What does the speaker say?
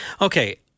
okay